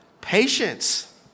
Patience